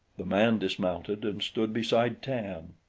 the man dismounted and stood beside tan.